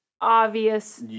obvious